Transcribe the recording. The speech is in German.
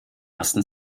ersten